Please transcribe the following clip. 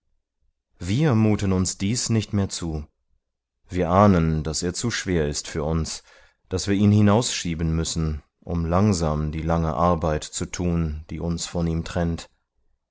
wir muten uns dies nicht mehr zu wir ahnen daß er zu schwer ist für uns daß wir ihn hinausschieben müssen um langsam die lange arbeit zu tun die uns von ihm trennt